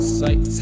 sight